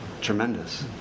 tremendous